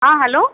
हां हैलो